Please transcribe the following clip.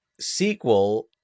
sequel